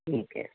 ਠੀਕ ਹੈ ਜੀ